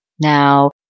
Now